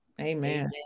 Amen